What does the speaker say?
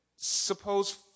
Suppose